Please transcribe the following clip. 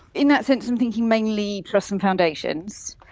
in that sense i'm thinking mainly trusts and foundations.